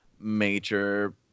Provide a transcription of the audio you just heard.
major